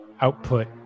output